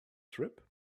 trip